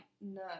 No